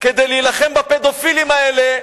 כדי להילחם בפדופילים האלה,